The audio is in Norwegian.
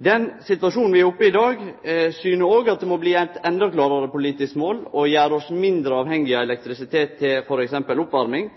Den situasjonen vi er oppe i i dag, syner òg at det må bli eit enda klarere politisk mål å gjere oss mindre avhengige av elektrisitet, til t.d. oppvarming.